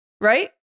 Right